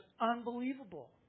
unbelievable